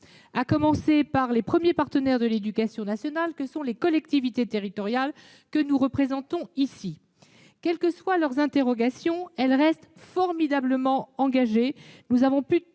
à commencer par les premiers partenaires de l'éducation nationale, les collectivités territoriales, que nous représentons ici. Quelles que soient leurs interrogations, ces dernières restent formidablement engagées